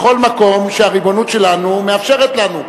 בכל מקום שהריבונות שלנו מאפשרת לנו,